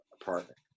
apartment